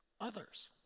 others